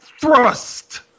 thrust